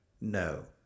No